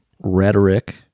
rhetoric